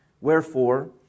Wherefore